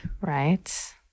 Right